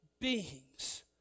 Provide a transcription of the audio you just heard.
beings